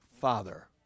father